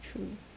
true